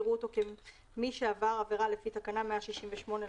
יראו אותו כמי שעבר עבירה לפי תקנה 168 לתקנות."